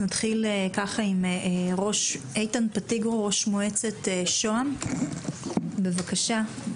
נתחיל עם איתן פטיגרו, ראש מועצת שוהם, בבקשה.